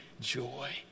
joy